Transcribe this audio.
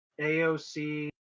AOC